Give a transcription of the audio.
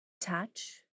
touch